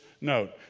note